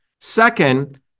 Second